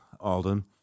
Alden